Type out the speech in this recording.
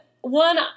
one